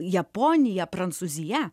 japonija prancūzija